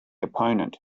opponent